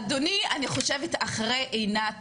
אדוני, אני חושבת שאחרי עינת